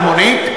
לנהג מונית?